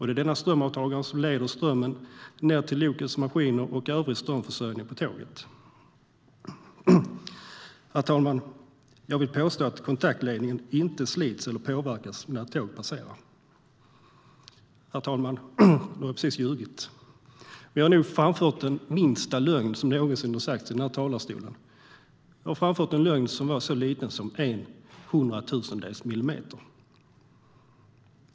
Det är den som leder strömmen ned till lokets maskiner och övrig strömförsörjning på tåget. Herr talman! Jag vill påstå att kontaktledningen inte slits eller påverkas när ett tåg passerar. Herr talman! Nu har jag precis ljugit. Men jag har nog framfört den minsta lögn som någonsin har sagts i den här talarstolen. Jag har framfört en lögn som var så liten som en hundratusendels millimeter.